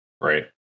Right